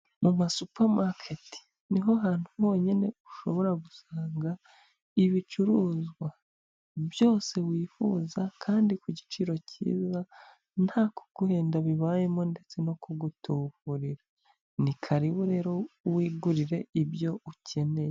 Mu ma supamaketi ni ho hantu honyine ushobora gusanga ibicuruzwa byose wifuza kandi ku giciro kiza nta kuguhenda bibayemo ndetse no kugutuburira, ni karibu rero wigurire ibyo ukeneye.